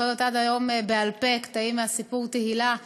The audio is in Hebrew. זוכרת עד היום בעל-פה קטעים מהסיפור "תהילה"